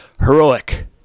heroic